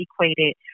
equated